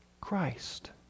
Christ